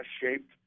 shaped